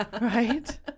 Right